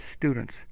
students